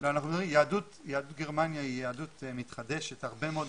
יהדות גרמניה היא יהדות מתחדשת, הרבה מאוד